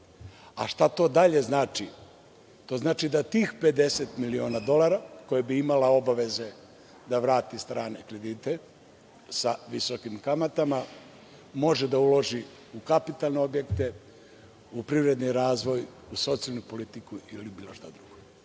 to dalje znači? To znači da tih 50 miliona dolara, koje bi imale obavezu da vrate strane kredite sa visokim kamatama, može da uloži u kapitalne objekte, u privredni razvoj, u socijalnu politiku ili bilo šta drugo.